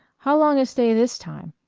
how long a stay this time?